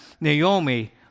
Naomi